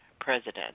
president